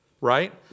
Right